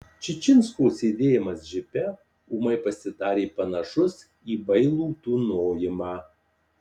čičinsko sėdėjimas džipe ūmai pasidarė panašus į bailų tūnojimą